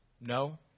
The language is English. No